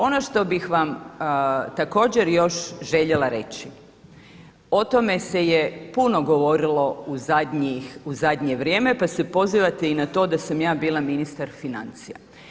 Ono što bih vam također još željela reći, o tome se je puno govorilo u zadnje vrijeme pa se pozivate i na to da sam ja bila ministar financija.